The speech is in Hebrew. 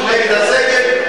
הרי אתם נציגי הפוליטיקה,